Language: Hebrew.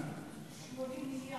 80 מיליארד?